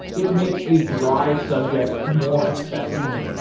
it makes a dry subject more accessible.